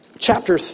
Chapter